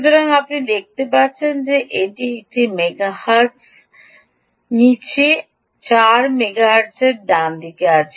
সুতরাং আপনি দেখতে পাচ্ছেন যে এটি 1 মেগাহের্টজ নিচে 8 মেগাহের্টজ ডানদিকে আছে